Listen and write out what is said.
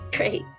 Great